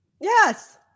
Yes